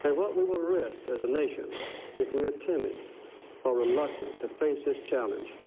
but what we will risk as a nation if we are timid or reluctant to face this challenge.